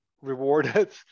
rewarded